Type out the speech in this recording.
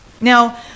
Now